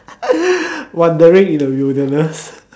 wandering in the wilderness